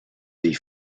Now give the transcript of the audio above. des